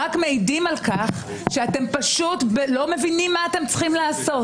רק מעידים על כך שאתם פשוט לא מבינים מה אתם צריכים לעשות.